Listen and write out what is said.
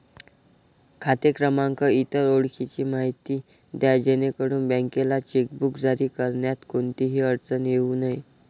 खाते क्रमांक, इतर ओळखीची माहिती द्या जेणेकरून बँकेला चेकबुक जारी करण्यात कोणतीही अडचण येऊ नये